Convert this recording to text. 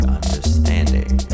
understanding